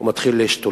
והוא מתחיל להשתולל.